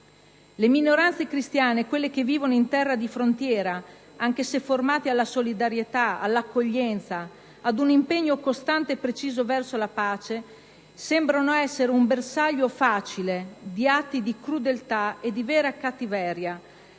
Le minoranze cristiane, quelle che vivono in terra di frontiera, anche se formate alla solidarietà, all'accoglienza, ad un impegno costante e preciso verso la pace, sembrano essere un bersaglio facile di atti di crudeltà e di vera cattiveria,